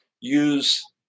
use